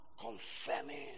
confirming